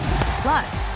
Plus